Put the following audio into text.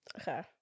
okay